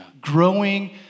growing